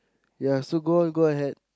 ya so go on go ahead